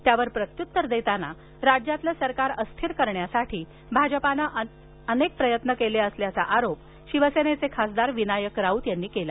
त्यावर प्रत्त्युत्तर देताना राज्यातलं सरकार अस्थिर करण्यासाठी भाजपानं अनेक प्रयत्न केले असल्याचा आरोप शिवसेनेचे खासदार विनायक राऊत यांनी केला